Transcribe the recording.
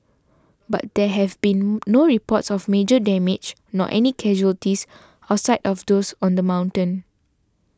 but there have been no reports of major damage nor any casualties outside of those on the mountain